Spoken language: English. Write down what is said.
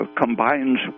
combines